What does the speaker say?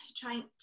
trying